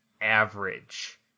average